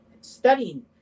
studying